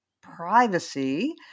privacy